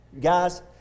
Guys